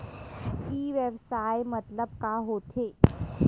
ई व्यवसाय मतलब का होथे?